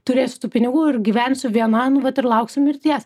turės tų pinigų ir gyvensiu viena nu vat ir lauksiu mirties